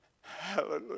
Hallelujah